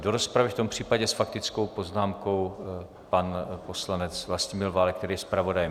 Do rozpravy, v tom případě s faktickou poznámkou pan poslanec Vlastimil Válek, který je zpravodajem.